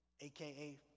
aka